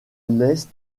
l’est